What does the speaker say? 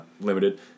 limited